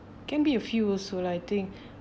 can be a few also lah I think